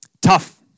tough